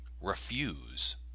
Refuse